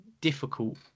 difficult